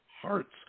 hearts